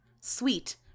Sweet